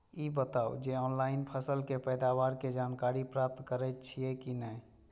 ई बताउ जे ऑनलाइन फसल के पैदावार के जानकारी प्राप्त करेत छिए की नेय?